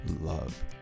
love